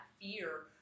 fear